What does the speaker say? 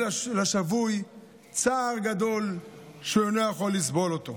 לשבוי צער גדול שהוא אינו יכול לסבול אותו.